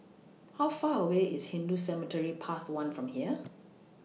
How Far away IS Hindu Cemetery Path one from here